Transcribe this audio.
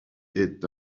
est